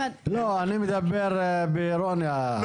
לא, אני מדבר באירוניה,